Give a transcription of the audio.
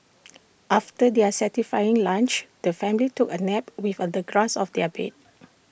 after their satisfying lunch the family took A nap with A the grass of their bed